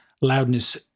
loudness